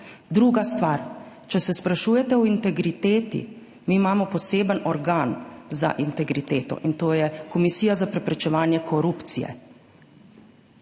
Druga stvar, če se sprašujete o integriteti, mi imamo poseben organ za integriteto, in to je Komisija za preprečevanje korupcije.